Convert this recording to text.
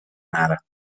nada